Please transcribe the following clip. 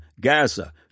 Gaza